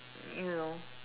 you know